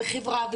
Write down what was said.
חברה,